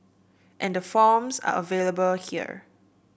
and the forms are available here